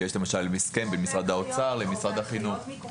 כי יש למשל: הסכם בין משרד האוצר למשרד החינוך.